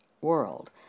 world